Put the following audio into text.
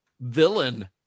villain